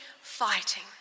fighting